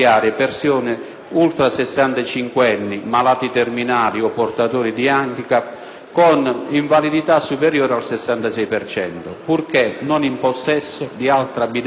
ultrasessantacinquenni, malati terminali o portatori di handicap con invalidità superiore al 66 per cento, purché non in possesso di altra abitazione adeguata